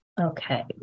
Okay